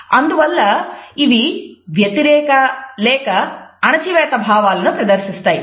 అందువల్ల అవి వ్యతిరేక లేక అణచివేత భావాలను ప్రదర్శిస్తాయి